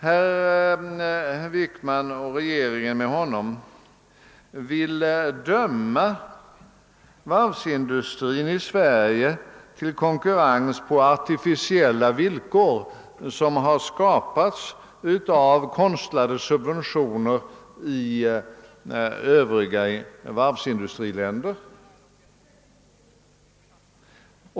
För det första vill herr Wickman och regeringen med honom döma varvsindustrin i Sverige till konkurrens på "artificiella villkor som har skapats av konstlade subventioner i övriga varvsindustriländer.